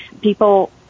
people